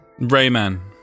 Rayman